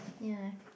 ya